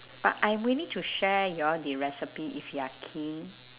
but I willing to share you all the recipe if you are keen